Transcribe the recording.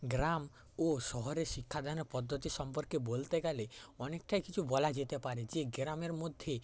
গ্রাম ও শহরের শিক্ষাদানের পদ্ধতি সম্পর্কে বলতে গেলে অনেকটাই কিছু বলা যেতে পারে যে গ্রামের মধ্যে